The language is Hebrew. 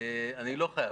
אני לא חייב,